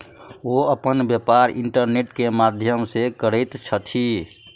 ओ अपन व्यापार इंटरनेट के माध्यम से करैत छथि